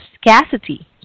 scarcity